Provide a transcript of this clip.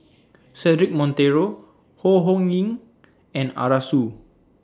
Cedric Monteiro Ho Ho Ying and Arasu